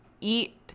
eat